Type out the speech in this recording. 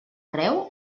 creu